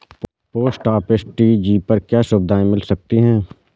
Post office TD पर क्या सुविधाएँ मिल सकती है?